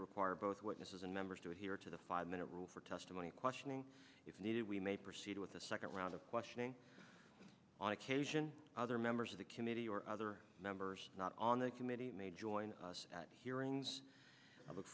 to require both witnesses and members to adhere to the five minute rule for testimony questioning if needed we may proceed with the second round of questioning on occasion other members of the committee or other members not on the committee may join us at hearings i look